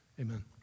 amen